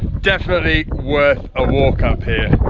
definitely worth a walk up here.